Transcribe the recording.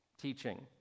teaching